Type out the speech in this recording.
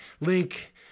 link